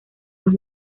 dos